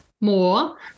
more